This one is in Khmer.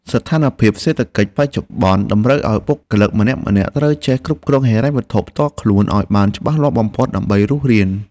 ស្ថានភាពសេដ្ឋកិច្ចបច្ចុប្បន្នតម្រូវឱ្យបុគ្គលិកម្នាក់ៗត្រូវចេះគ្រប់គ្រងហិរញ្ញវត្ថុផ្ទាល់ខ្លួនឱ្យបានច្បាស់លាស់បំផុតដើម្បីរស់រាន។